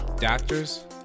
Doctors